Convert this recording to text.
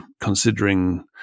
considering